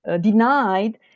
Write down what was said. denied